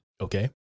Okay